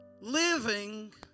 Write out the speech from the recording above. Living